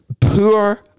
poor